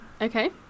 Okay